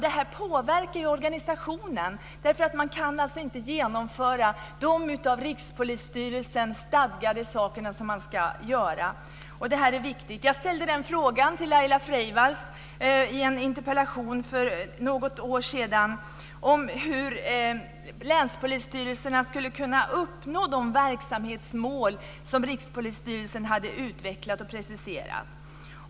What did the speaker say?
Det påverkar ju organisationen, för man kan alltså inte genomföra de saker som Rikspolisstyrelsen stadgat att man ska. Det här är viktigt. I en interpellation för något år sedan ställde jag en fråga till Laila Freivalds. Det gällde hur länspolisstyrelserna skulle kunna uppnå de verksamhetsmål som Rikspolisstyrelsen hade utvecklat och preciserat.